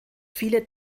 viele